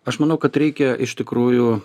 aš manau kad reikia iš tikrųjų